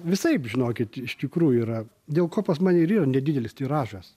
visaip žinokit iš tikrųjų yra dėl ko pas mane ir yra nedidelis tiražas